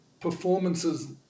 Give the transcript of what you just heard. performances